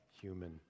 human